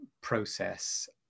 process